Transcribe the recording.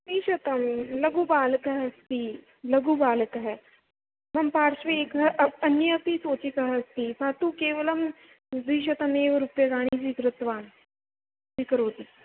त्रिशतं लघुबालकः अस्ति लघुबालकः मम पार्श्वे एकः अन्य अपि सौचिकः अस्ति स तु केवलं द्विशतमेव रूप्यकाणि स्वीकृत्वान् स्वीकरोति